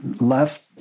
left